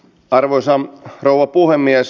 arvoisa rouva puhemies